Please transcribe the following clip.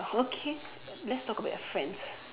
okay let's talk about your friends